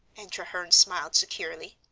and treherne smiled securely.